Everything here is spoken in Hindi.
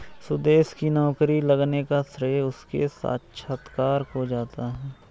सुदेश की नौकरी लगने का श्रेय उसके साक्षात्कार को जाता है